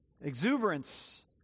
exuberance